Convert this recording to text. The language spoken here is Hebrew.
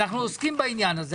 אנחנו עוסקים בעניין הזה,